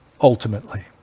ultimately